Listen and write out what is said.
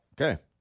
Okay